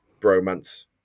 bromance